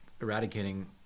eradicating